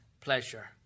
pleasure